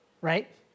Right